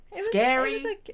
scary